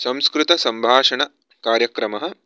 संस्कृतसम्भाषणकार्यक्रमः